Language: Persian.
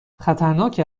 خطرناک